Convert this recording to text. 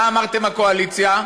מה אמרתם, הקואליציה?